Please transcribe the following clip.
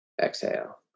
exhale